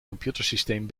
computersysteem